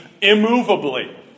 immovably